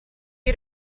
you